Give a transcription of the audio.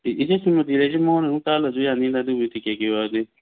ꯏꯆꯦ ꯁꯨꯃꯇꯤ ꯂꯩꯁꯦ ꯃꯉꯣꯟꯗ ꯑꯗꯨꯝ ꯀꯛꯍꯜꯂꯁꯨ ꯌꯥꯅꯤꯗ ꯑꯗꯨꯒꯤ ꯇꯤꯛꯀꯦꯠꯀꯤ ꯋꯥꯗꯤ